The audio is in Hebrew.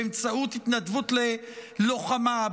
באמצעות התנדבות ללוחמה,